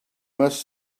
must